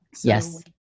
Yes